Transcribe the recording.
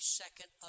second